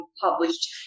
published